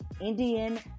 Indian